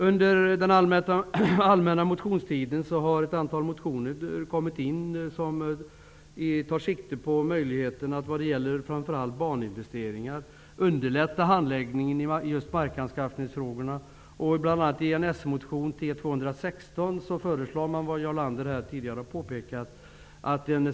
Under den allmänna motionstiden har ett antal motioner väckts som tar sikte på möjligheten att vad gäller framför allt baninvesteringar underlätta handläggningen i markanskaffningsfrågorna. I bl.a. Jarl Lander här tidigare har påpekat.